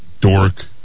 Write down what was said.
dork